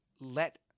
let